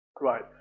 right